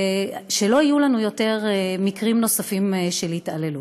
ושלא יהיו לנו יותר מקרים נוספים של התעללות.